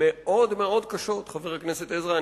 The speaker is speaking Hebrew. מאוד קשות, חבר הכנסת עזרא.